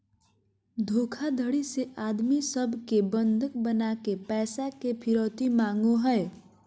धोखाधडी से आदमी सब के बंधक बनाके पैसा के फिरौती मांगो हय